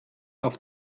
auf